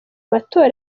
matora